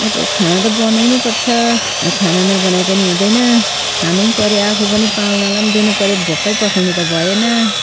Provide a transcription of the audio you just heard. अब खाना त बनाउनु पर्छ अब खाना नबनाए पनि हुँदैन खानु पर्यो आफू पनि पाहुनालाई दिनु पर्यो भोकै पठाउनु त भएन